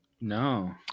No